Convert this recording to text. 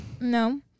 No